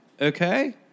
okay